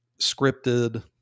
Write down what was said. scripted